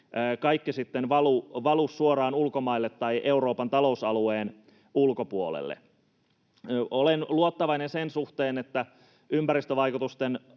kaikki valu suoraan ulkomaille tai Euroopan talousalueen ulkopuolelle. Olen luottavainen sen suhteen, että ympäristövaikutusten